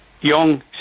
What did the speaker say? young